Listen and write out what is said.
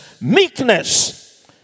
meekness